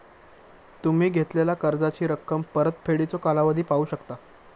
तुम्ही घेतलेला कर्जाची रक्कम, परतफेडीचो कालावधी पाहू शकता